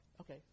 Okay